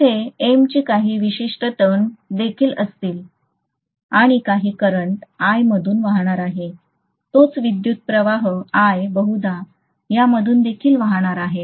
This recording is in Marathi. येथे आहे येथे M ची काही विशिष्ट टर्न्स देखील असतील आणि काही करंट I यामधून वाहणार आहेत तोच विद्युतप्रवाह I बहुधा यामधून देखील वाहणार आहे